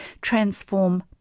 transform